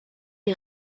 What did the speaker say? les